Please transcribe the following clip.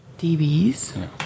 Dbs